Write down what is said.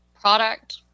Product